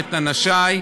ואת אנשי,